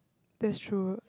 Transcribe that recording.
that's true